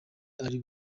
ari